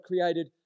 created